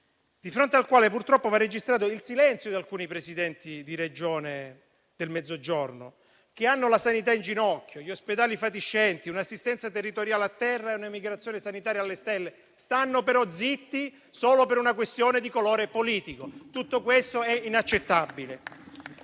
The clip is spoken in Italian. di fronte al quale purtroppo va registrato il silenzio dei Presidenti di alcune Regioni del Mezzogiorno, che hanno la sanità in ginocchio, gli ospedali fatiscenti, un'assistenza territoriale a terra e un'emigrazione sanitaria alle stelle; stanno però zitti solo per una questione di colore politico. Tutto questo è inaccettabile.